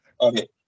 Okay